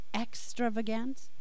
extravagant